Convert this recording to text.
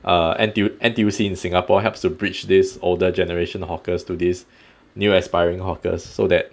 err N_T_U N_T_U_C in singapore helps to bridge this older generation hawkers to this new aspiring hawkers so that